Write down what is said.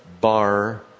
bar